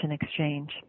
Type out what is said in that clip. Exchange